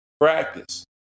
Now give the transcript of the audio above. practice